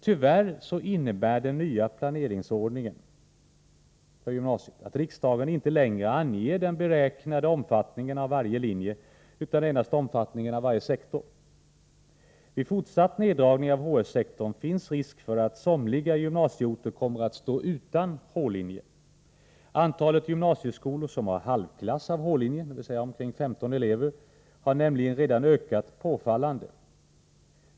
Tyvärr innebär den nya planeringsordningen för gymnasiet att riksdagen inte längre anger den beräknade omfattningen av varje linje utan endast omfattningen av varje sektor. Vid fortsatt neddragning av hs-sektorn finns risk för att somliga gymnasieorter kommer att stå utan h-linje. Antalet gymnasieskolor som har halvklass av h-linjen, dvs. omkring 15 elever, har nämligen redan ökat påfallande.